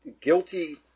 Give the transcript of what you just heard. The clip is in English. guilty